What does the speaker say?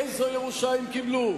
איזו ירושה הם קיבלו,